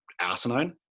asinine